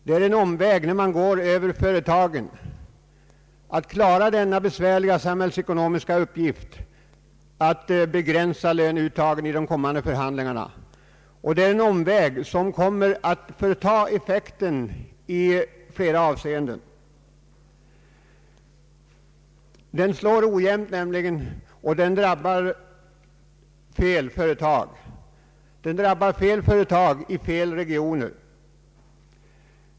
Det är en omväg att gå över företagen när det gäller att klara denna besvärliga samhällsekonomiska uppgift: att begränsa löneuttaget i de kommande förhandlingarna. Det är en omväg som kommer att förta effekten i flera avseenden. Den slår nämligen ojämnt och drabbar fel företag i fel regioner.